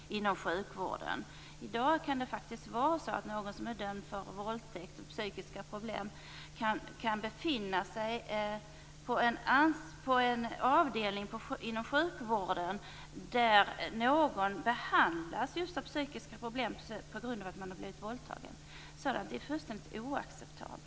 I dag kan någon som är dömd för våldtäkt och som har psykiska problem befinna sig på en avdelning inom sjukvården där någon behandlas för psykiska problem på grund av våldtäkt. Sådant är fullständigt oacceptabelt.